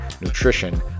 nutrition